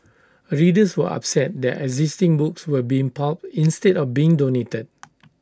readers were upset that existing books were being pulped instead of being donated